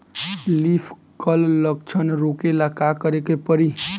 Leaf curl लक्षण रोकेला का करे के परी?